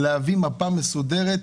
להביא מפה מסודרת,